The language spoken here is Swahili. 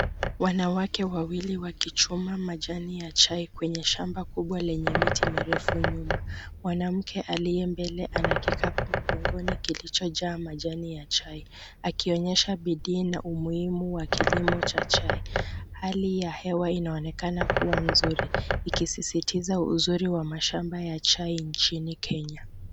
Wanawake wawili wakichuna majani ya chai kwenye shamba kubwa lenye miti mirefu nyuma. Mwanamke aliye mbele ana kikapu mgongoni kilicho jaa majani ya chai, akionyesha bidii na umuhimu wa kilimo cha chai. Hali ya hewa inaonekana kuwa nzuri, ikisisitiza uzuri wa mashamba ya chai nchini Kenya.